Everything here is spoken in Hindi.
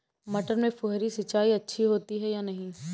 मटर में फुहरी सिंचाई अच्छी होती है या नहीं?